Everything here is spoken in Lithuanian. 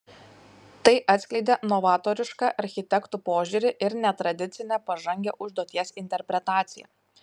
tai atskleidė novatorišką architektų požiūrį ir netradicinę pažangią užduoties interpretaciją